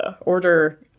order